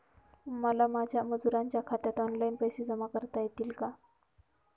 मला माझ्या मजुरांच्या खात्यात ऑनलाइन पैसे जमा करता येतील का?